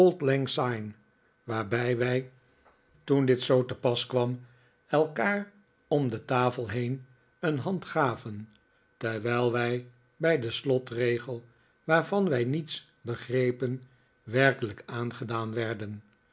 waarbij wij toen dit zoo te pas kwam elkaar om de tafel heen een hand gaven terwijl wij bij den slotregel waarvan wij niets begrepen werkelijk aangedaan werden